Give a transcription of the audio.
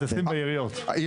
העיריות,